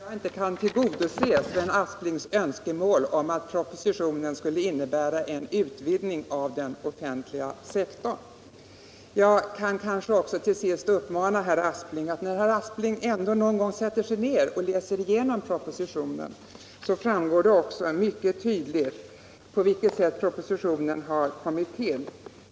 Herr talman! Jag beklagar att jag inte kan tillgodose Sven Asplings önskemål om att propositionen skulle innebära en utvidgning av den enskilda sektorn. När herr Aspling ändå någon gång sätter sig ner och läser igenom propositionen kommer han att upptäcka att det framgår mycket tydligt på vilket sätt propositionen har kommit till.